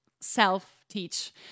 self-teach